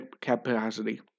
capacity